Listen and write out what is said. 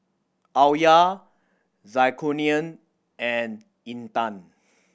Alya Zulkarnain and Intan